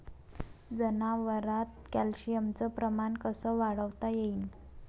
जनावरात कॅल्शियमचं प्रमान कस वाढवता येईन?